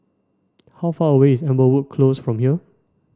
how far away is Amberwood Close from here